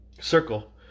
circle